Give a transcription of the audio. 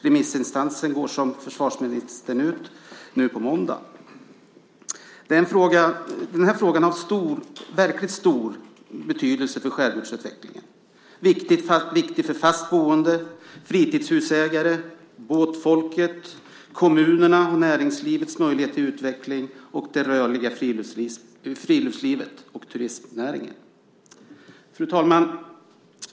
Remisstiden går, som försvarsministern sade, ut nu på måndag. Den här frågan har verkligt stor betydelse för skärgårdsutvecklingen. Den är viktig för fast boende, fritidshusägare, båtfolket, kommunernas och näringslivets möjligheter till utveckling, det rörliga friluftslivet och turismnäringen. Fru talman!